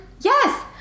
Yes